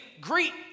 greet